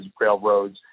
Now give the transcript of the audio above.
railroads